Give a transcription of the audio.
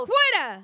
Fuera